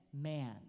man